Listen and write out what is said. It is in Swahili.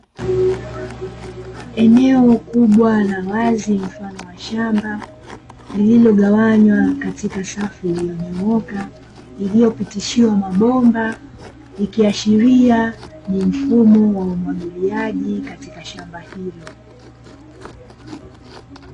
Eneo kubwa la wazi mfano wa shamba, lililogawanywa katika safu iliyonyooka, iliyopitishwa mabomba ikiashiria ni mfumo wa umwagiliaji katika shamba hilo.